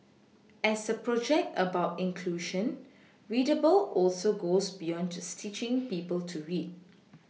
as a project about inclusion ReadAble also goes beyond just teaching people to read